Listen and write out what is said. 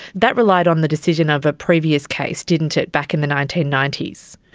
that relied on the decision of a previous case, didn't it, back in the nineteen ninety s.